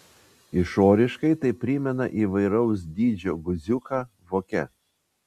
išoriškai tai primena įvairaus dydžio guziuką voke